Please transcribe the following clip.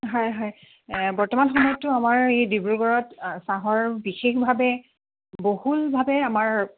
হয় হয় বৰ্তমান সময়তটো আমাৰ এই ডিব্ৰুগড়ত চাহৰ বিশেষভাৱে বহুলভাৱে আমাৰ